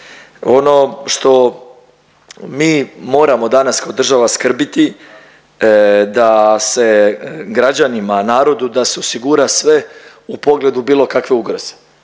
Ono što mi moramo danas kao država skrbiti da se građanima, narodu da se osigura sve u pogledu bilo kakve ugroze